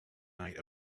night